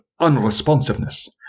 unresponsiveness